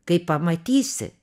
kai pamatysi